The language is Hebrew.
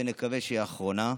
ונקווה שהיא האחרונה.